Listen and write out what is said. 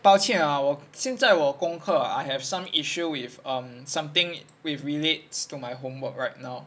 抱歉啊我现在我功课 I have some issue with um something with relates to my homework right now